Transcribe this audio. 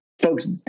Folks